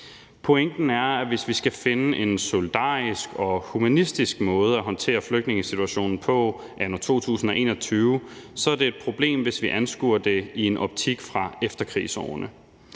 Pointen er, at hvis vi skal finde en solidarisk og humanistisk måde at håndtere flygtningesituationen på anno 2021, så er det et problem, hvis vi anskuer det i en optik fra efterkrigsårene.